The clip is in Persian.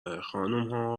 خانمها